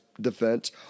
defense